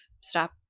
stop